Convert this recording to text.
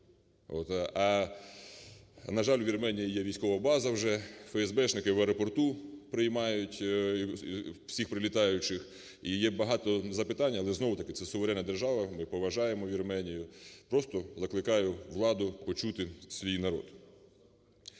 на жаль, у Вірменії є військова база вже, феесбешники в аеропорту приймають всіх прилітаючих, і є багато запитань, але знову-таки це суверена держава, ми поважаємо Вірменію. Просто закликаю владу почути свій народ.